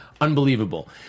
unbelievable